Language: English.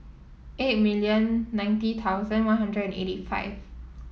eight million ninety thousand One Hundred and eighty five